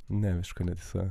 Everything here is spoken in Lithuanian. ne visiška netiesa